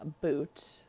boot